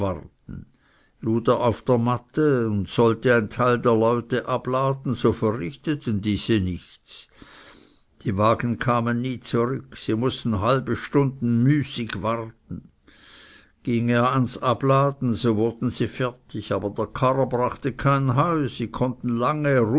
er auf der matte und sollte ein teil der leute abladen so verrichteten diese nichts die wagen kamen nie zurück sie mußten halbe stunden müßig warten ging er ans abladen so wurden sie fertig aber der karrer brachte kein heu sie konnten lange